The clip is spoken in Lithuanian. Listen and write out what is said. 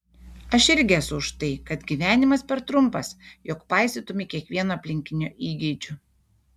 aš irgi esu už tai kad gyvenimas per trumpas jog paisytumei kiekvieno aplinkinio įgeidžių